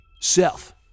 Self